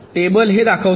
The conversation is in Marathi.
टेबल हे दाखवते